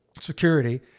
security